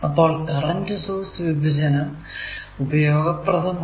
അപ്പോൾ current source വിഭജനം ഉപയോഗപ്രദമാണ്